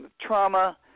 trauma